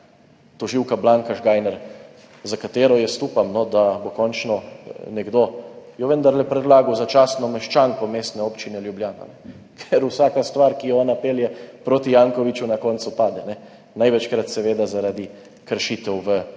Tožilka Blanka Žgajnar, za katero jaz upam, da jo bo končno nekdo vendarle predlagal za častno meščanko Mestne občine Ljubljana, ker vsaka stvar, ki jo ona pelje proti Jankoviću, na koncu pade, največkrat seveda zaradi kršitev v postopku,